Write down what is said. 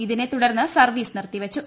ഇതിനെ തുടർന്ന് സർവീസ് നിർത്തിവെച്ചു